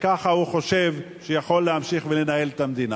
וככה הוא חושב שהוא יכול להמשיך ולנהל את המדינה.